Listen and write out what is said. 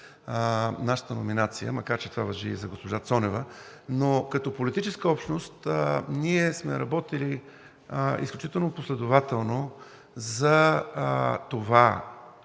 нашата номинация, макар че това важи и за госпожа Цонева, но като политическа общност ние сме работили изключително последователно за това